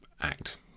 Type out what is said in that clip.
act